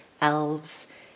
elves